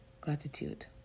Gratitude